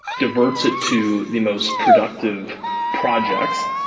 diverts it to the most productive projects,